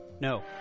No